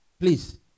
please